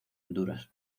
honduras